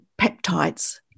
peptides